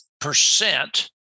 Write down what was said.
percent